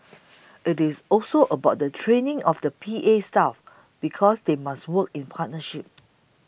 it's also about the training of the P A staff because they must work in partnership